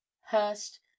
Hurst